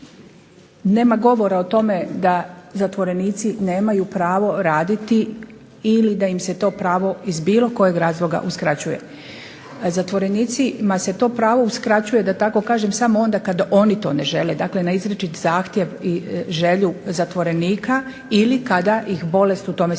Nema govora o tome da zatvorenici nemaju pravo raditi ili da im se to pravo iz bilo kojeg razloga uskraćuje. Zatvorenicima se to pravo uskraćuje, da tako kažem, samo onda kad oni to ne žele. Dakle, na izričit zahtjev i želju zatvorenika ili kada ih bolest u tome sprječava.